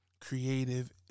creative